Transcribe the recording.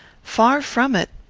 far from it.